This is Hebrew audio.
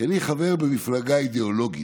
כי אני חבר במפלגה אידיאולוגית,